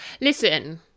Listen